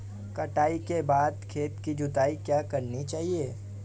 कटाई के बाद खेत की जुताई क्यो करनी चाहिए?